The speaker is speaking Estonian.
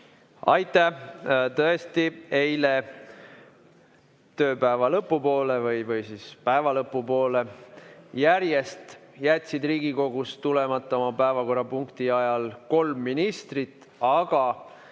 Aitäh! Tõesti, eile tööpäeva lõpu poole või päeva lõpu poole järjest jätsid Riigikogusse tulemata oma päevakorrapunkti ajal kolm ministrit, aga